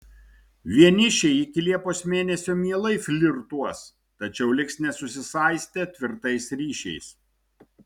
vienišiai iki liepos mėnesio mielai flirtuos tačiau liks nesusisaistę tvirtais ryšiais